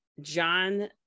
John